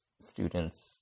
students